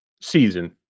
season